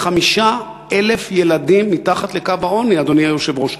35,000 ילדים מתחת לקו העוני, אדוני היושב-ראש.